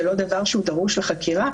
זה לא דבר שדרוש לחקירה?